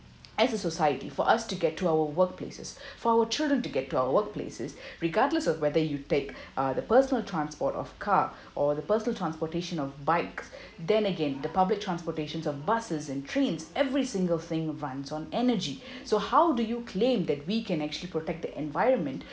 as a society for us to get to our workplaces for our children to get to our workplaces regardless of whether you take uh the personal transport of car or the personal transportation of bikes then again the public transportation of buses and trains every single thing runs on energy so how do you claim that we can actually protect the environment